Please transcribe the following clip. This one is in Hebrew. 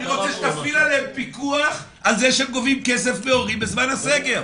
אני רוצה שתפעיל עליהם פיקוח על זה שהם גובים כסף בזמן הסגר.